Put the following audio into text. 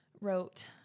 wrote